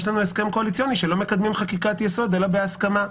יש לנו הסכם קואליציוני שלא מקדמים חקיקת יסוד אלא בהסכמה.